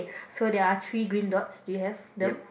so there are three green dogs do you have them